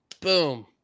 Boom